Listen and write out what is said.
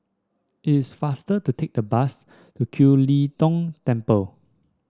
it is faster to take the bus to Kiew Lee Tong Temple